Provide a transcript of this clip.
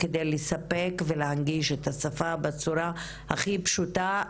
כדי לספק ולהנגיש את השפה בצורה הכי פשוטה,